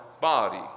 body